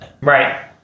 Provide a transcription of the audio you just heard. Right